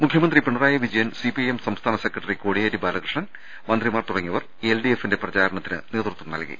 മുഖ്യമന്ത്രി പിണറായി വിജയൻ സിപിഐഎം സംസ്ഥാന secretary Kodiyeri Balakrishnan മന്ത്രിമാർ തുടങ്ങിയവർ എൽഡി എഫിന്റെ പ്രചാരണത്തിന് നേതൃത്വം നൽകി